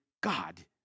God